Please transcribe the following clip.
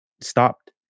stopped